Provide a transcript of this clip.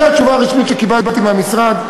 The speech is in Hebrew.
זו התשובה הרשמית שקיבלתי מהמשרד.